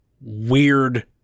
weird